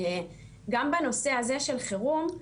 גם בנושא הזה של חירום,